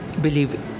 believe